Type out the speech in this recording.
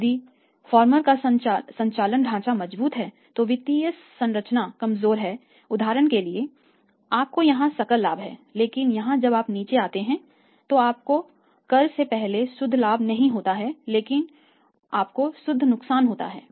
यदि फर्मर का संचालन ढांचा मजबूत है और वित्तीय संरचना कमजोर है उदाहरण के लिएआपको यहाँ सकल लाभ है लेकिन यहाँ जब आप नीचे आते हैं तो आपको कर से पहले शुद्ध लाभ नहीं होता है लेकिन आपको शुद्ध नुकसान होता है